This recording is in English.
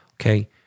okay